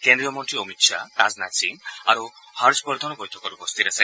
কেন্দ্ৰীয় মন্ত্ৰী অমিত শ্বাহ ৰাজনাথ সিং আৰু হৰ্ষ বৰ্ধনো বৈঠকত উপস্থিত আছে